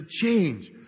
change